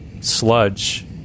sludge